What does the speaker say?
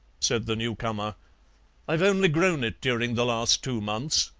said the new-comer i've only grown it during the last two months.